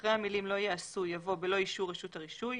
אחרי המלים "לא ייעשו" יבוא "בלא אישור רשות הרישוי",